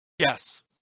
Yes